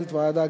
למנהלת הוועדה,